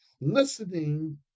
Listening